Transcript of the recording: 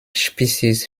species